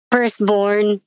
Firstborn